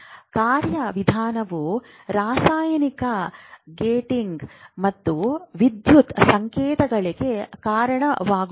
ಕಾರ್ಯವಿಧಾನವು ರಾಸಾಯನಿಕ ಗೇಟಿಂಗ್ ಮತ್ತು ವಿದ್ಯುತ್ ಸಂಕೇತಗಳಿಗೆ ಕಾರಣವಾಗುತ್ತದೆ